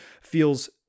feels